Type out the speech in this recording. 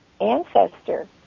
ancestor